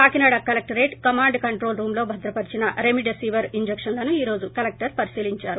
Kakinada collectorate command control రూమ్లో భద్రపరిచిన remdesivir ఇంజక్షన్లను ఈరోజు కలెక్టర్ పరిశీలించారు